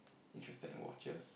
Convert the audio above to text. interested in watches